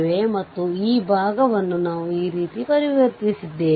V0 ಮತ್ತು i0 ಯಾವುದೇ ಮೌಲ್ಯವನ್ನುಊಹಿಸಬಹುದು